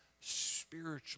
spiritually